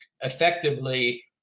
effectively